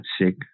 sick